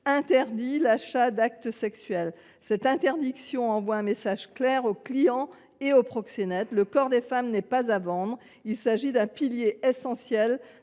interdit l’achat d’actes sexuels. Cette interdiction envoie un message clair aux clients et aux proxénètes : le corps des femmes n’est pas à vendre. Il s’agit d’un pilier essentiel